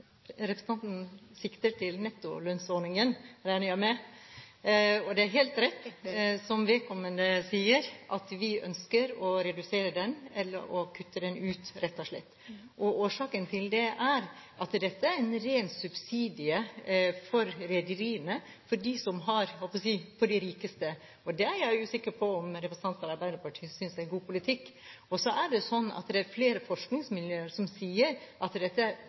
Representanten sikter til nettolønnsordningen, regner jeg med. Det er helt riktig som representanten sier, vi ønsker å redusere den eller kutte den ut, rett og slett. Årsaken til det er at dette er en ren subsidie for rederiene – for de rikeste – og det er jeg usikker på om representanten fra Arbeiderpartiet synes er god politikk. Så er det sånn at det er flere forskningsmiljøer som sier at dette